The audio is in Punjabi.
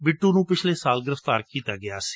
ਬਿੱਟੂ ਨੂੰ ਪਿਛਲੇ ਸਾਲ ਗ੍ਰਿਫਤਾਰ ਕੀਤਾ ਗਿਆ ਸੀ